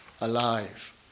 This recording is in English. alive